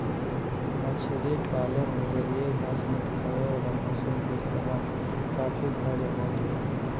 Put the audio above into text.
मछरी पाले में जलीय घास निकालेवाला मशीन क इस्तेमाल काफी फायदेमंद होला